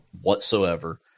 whatsoever